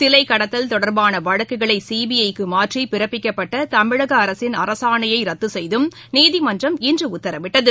சிலைக் கடத்தல் தொடர்பான வழக்குகளை சிபிஐக்கு மாற்றி பிறப்பிக்கப்பட்ட தமிழக அரசின் அரசாணையை ரத்து செய்தும் நீதிமன்றம் இன்று உத்தரவிட்டது